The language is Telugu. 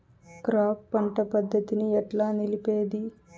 క్రాప్ పంట పద్ధతిని ఎట్లా నిలిపేది?